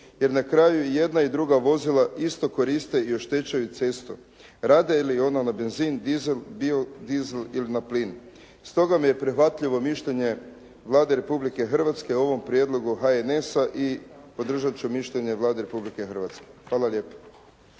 jer na kraju i jedna i druga vozila isto koriste i oštećuju cestu rade li ona na benzin, diesel, bio diesel ili na plin. Stoga mi je prihvatljivo mišljenje Vlade Republike Hrvatske o ovom prijedlogu HNS-a i podržat ću mišljenje Vlade Republike Hrvatske. Hvala lijepa.